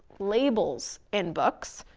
labels, in books,